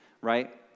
right